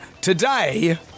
Today